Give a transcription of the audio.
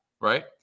right